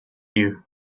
you